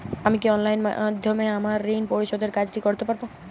আমি কি অনলাইন মাধ্যমে আমার ঋণ পরিশোধের কাজটি করতে পারব?